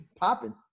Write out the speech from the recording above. popping